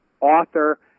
author